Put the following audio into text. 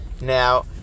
Now